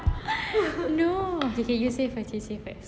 no K K you say first you say first